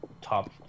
top